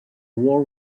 war